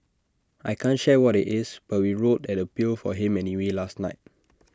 I can't share what IT is but we wrote an appeal for him anyway last night